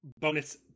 bonus